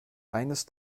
eines